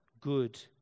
good